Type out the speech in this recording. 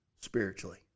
spiritually